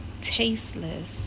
tasteless